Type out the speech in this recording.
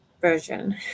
version